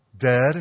dead